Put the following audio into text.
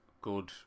good